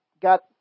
Got